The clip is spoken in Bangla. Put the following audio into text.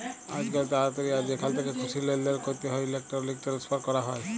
আইজকাল তাড়াতাড়ি আর যেখাল থ্যাকে খুশি লেলদেল ক্যরতে হ্যলে ইলেকটরলিক টেনেসফার ক্যরা হয়